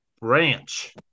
Branch